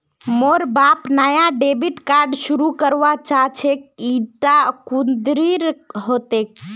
मोर बाप नाया डेबिट कार्ड शुरू करवा चाहछेक इटा कुंदीर हतेक